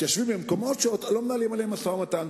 מתיישבים במקומות שלא מנהלים עליהם משא-ומתן.